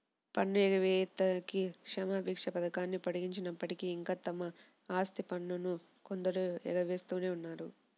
పన్ను ఎగవేతకి క్షమాభిక్ష పథకాన్ని పొడిగించినప్పటికీ, ఇంకా తమ ఆస్తి పన్నును కొందరు ఎగవేస్తూనే ఉన్నారు